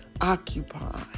occupy